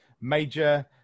major